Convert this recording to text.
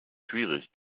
schwierig